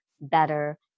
better